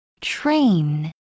Train